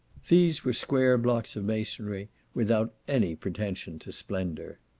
these were square blocks of masonry without any pretension to splendour.